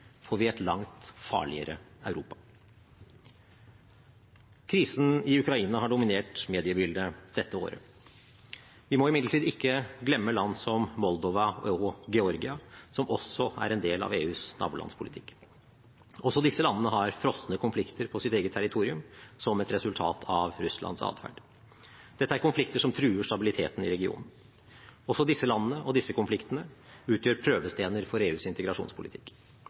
vi et langt farligere Europa. Krisen i Ukraina har dominert mediebildet dette året. Vi må imidlertid ikke glemme land som Moldova og Georgia, som også er en del av EUs nabolandspolitikk. Også disse landene har «frosne» konflikter på sitt eget territorium som et resultat av Russlands adferd. Dette er konflikter som truer stabiliteten i regionen. Også disse landene og disse konfliktene utgjør prøvesteiner for EUs integrasjonspolitikk.